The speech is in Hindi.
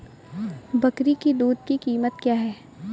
बकरी की दूध की कीमत क्या है?